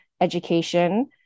education